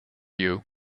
you